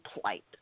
plight